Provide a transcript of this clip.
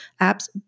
apps